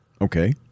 Okay